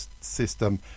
system